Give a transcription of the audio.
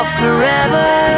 forever